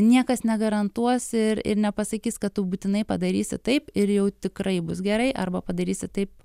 niekas negarantuos ir ir nepasakys kad tu būtinai padarysi taip ir jau tikrai bus gerai arba padarysi taip